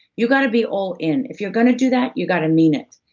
you've got to be all in, if you're gonna do that, you've got to mean it.